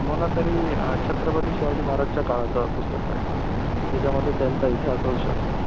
मला तरी छत्रपती शिवाजी महाराजच्या काळाचं पुस्तक पाहिजेत त्याच्यामध्ये त्यांचा इतिहास असू शकणार